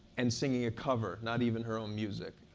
and singing a cover, not even her own music.